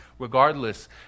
regardless